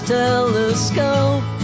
telescope